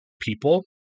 people